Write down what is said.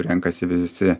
renkasi visi